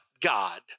God